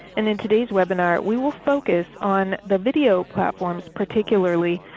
and in today's webinar we will focus on the video platforms particularly,